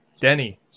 denny